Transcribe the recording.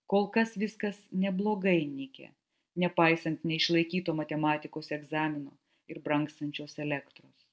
kol kas viskas neblogai nike nepaisant neišlaikyto matematikos egzamino ir brangsiančios elektros